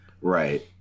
Right